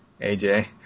AJ